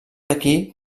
aquí